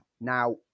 now